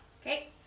Okay